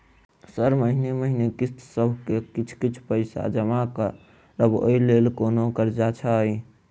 Sir महीने महीने किस्तसभ मे किछ कुछ पैसा जमा करब ओई लेल कोनो कर्जा छैय?